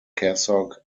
cassock